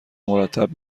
مرتب